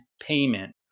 payment